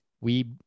We-